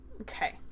Okay